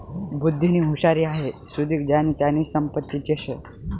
बुध्दीनी हुशारी हाई सुदीक ज्यानी त्यानी संपत्तीच शे